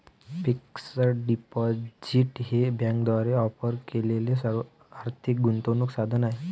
fixed deposit हे बँकांद्वारे offer केलेले आर्थिक गुंतवणूक साधन आहे